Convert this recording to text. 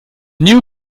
new